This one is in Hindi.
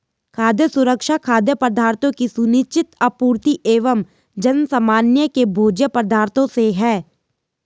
खाद्य सुरक्षा खाद्य पदार्थों की सुनिश्चित आपूर्ति एवं जनसामान्य के भोज्य पदार्थों से है